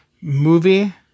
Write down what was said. movie